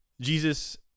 jesus